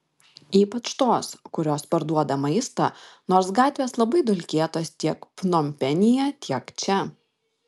ypač tos kurios parduoda maistą nors gatvės labai dulkėtos tiek pnompenyje tiek čia